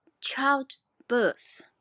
childbirth